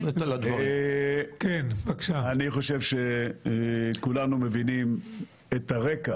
אני חושב שכולנו מבינים את הרקע